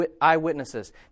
eyewitnesses